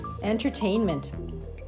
entertainment